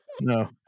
No